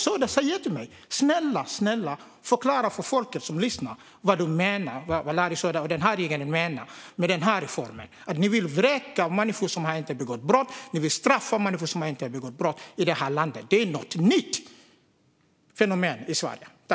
Snälla Larry Söder, förklara för folk som lyssnar vad du och regeringen menar med reformen? Ni vill vräka och därigenom straffa människor som inte har begått brott. Det är ett nytt fenomen i Sverige.